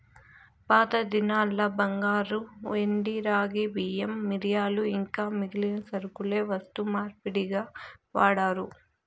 పాతదినాల్ల బంగారు, ఎండి, రాగి, బియ్యం, మిరియాలు ఇంకా మిగిలిన సరకులే వస్తు మార్పిడిగా వాడారు